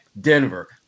Denver